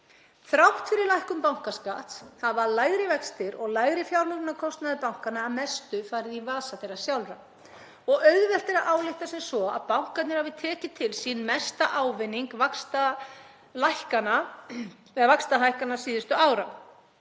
Þrátt fyrir lækkun bankaskatts hafa lægri vextir og lægri fjármögnunarkostnaður bankanna að mestu farið í vasa þeirra sjálfra og auðvelt er að álykta sem svo að bankarnir hafi tekið til sín mesta ávinning vaxtahækkana síðustu ára.